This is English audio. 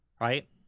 right